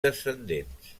descendents